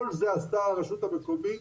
כל זה עשתה הרשות המקומית,